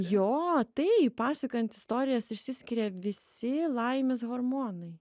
jo taip pasakojant istorijas išsiskiria visi laimės hormonai